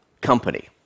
company